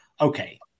okay